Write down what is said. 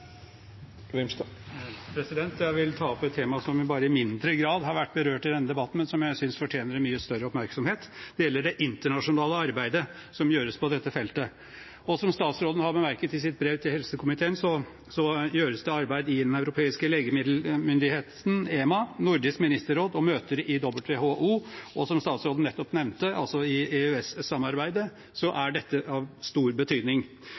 Jeg vil ta opp et tema som bare i mindre grad har vært berørt i denne debatten, men som jeg synes fortjener mye større oppmerksomhet. Det gjelder det internasjonale arbeidet som gjøres på dette feltet. Som statsråden har bemerket i sitt brev til helsekomiteen, gjøres det arbeid i den europeiske legemiddelmyndigheten EMA, i Nordisk ministerråd, i møter i WHO, og som statsråden nettopp nevnte, i EØS-samarbeidet, og dette er av stor betydning.